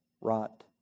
rot